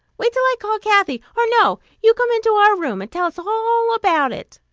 wait till i call kathy or no, you come into our room, and tell us all about it.